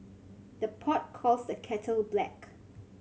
the pot calls the kettle black